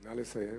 נא לסיים.